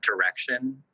direction